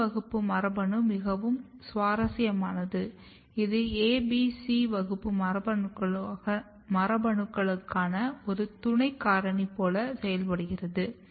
E வகுப்பு மரபணு மிகவும் சுவாரஸ்யமானது இது A B C வகுப்பு மரபணுக்களுக்கான ஒரு துணை காரணி போல செயல்படுகிறது